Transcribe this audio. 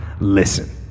Listen